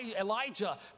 Elijah